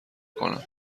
کنم